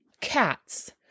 cats